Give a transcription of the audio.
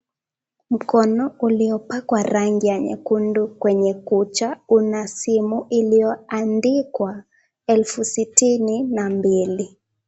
Mkono uliopakwa rangi ya nyekundu kwenye kucha una simu iliyoandikwa Elfu Sitini Na Mbili.